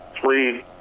three